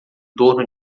torno